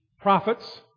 prophets